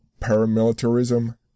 Paramilitarism